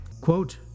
quote